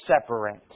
separate